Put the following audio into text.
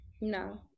No